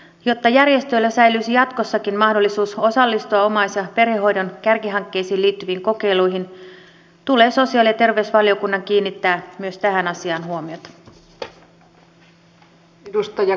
jotta järjestöillä säilyisi jatkossakin mahdollisuus osallistua omais ja perhehoidon kärkihankkeisiin liittyviin kokeiluihin tulee sosiaali ja terveysvaliokunnan kiinnittää myös tähän asiaan huomiota